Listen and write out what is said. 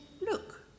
Look